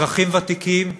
אזרחים ותיקים,